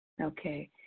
Okay